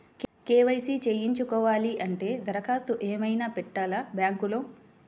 KYC చేయించుకోవాలి అంటే దరఖాస్తు ఏమయినా పెట్టాలా బ్యాంకులో?